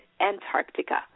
Antarctica